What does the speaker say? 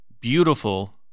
beautiful